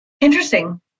Interesting